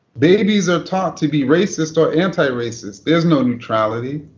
babies are taught to be racist or antiracist. there's no neutrality.